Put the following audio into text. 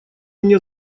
мне